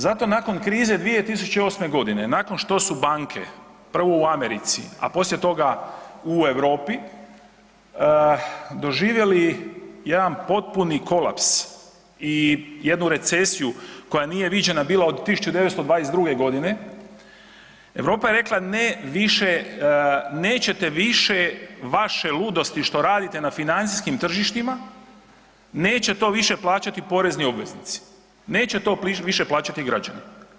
Zato nakon krize 2008.g., nakon što su banke, prvo u Americi, a poslije toga u Europi, doživjeli jedan potpuni kolaps i jednu recesiju koja nije viđena bila od 1922.g., Europa je rekla ne više, nećete više vaše ludosti što radite na financijskim tržištima, neće to više plaćati porezni obveznici, neće to više plaćati građani.